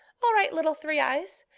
all right, little three-eyes.